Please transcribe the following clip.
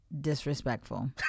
disrespectful